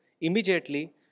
immediately